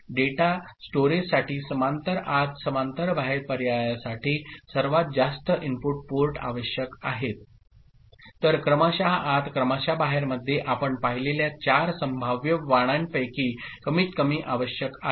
data स्टोरेजसाठी समांतर आत समांतर बाहेर पर्यायासाठी सर्वात जास्त इनपुट पोर्ट आवश्यक आहेत तर क्रमशः आत क्रमशः बाहेर मध्ये आपण पाहिलेल्या चार संभाव्य वाणांपैकी कमीतकमी आवश्यक आहे